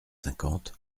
cinquante